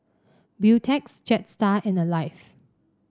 Beautex Jetstar and Alive